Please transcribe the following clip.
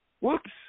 Whoops